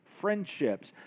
friendships